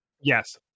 Yes